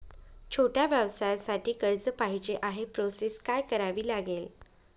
छोट्या व्यवसायासाठी कर्ज पाहिजे आहे प्रोसेस काय करावी लागेल?